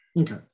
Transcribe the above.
Okay